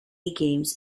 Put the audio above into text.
games